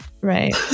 right